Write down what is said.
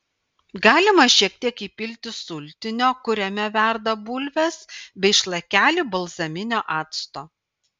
galima šiek tiek įpilti sultinio kuriame verda bulvės bei šlakelį balzaminio acto